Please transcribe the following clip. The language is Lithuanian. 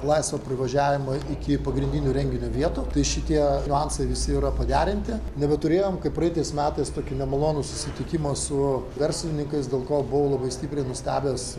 laisvą privažiavimą iki pagrindinių renginio vietų tai šitie niuansai visi yra paderinti nebeturėjom kaip praeitais metais tokį nemalonų susitikimą su verslininkais dėl ko buvau labai stipriai nustebęs